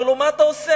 אומר לו: מה אתה עושה?